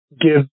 give